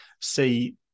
see